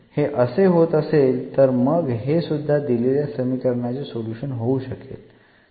हे असे होत असेल तर मग हे सुद्धा दिलेल्या समीकरणाचे सोल्युशन होऊ शकेल